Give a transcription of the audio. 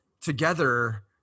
together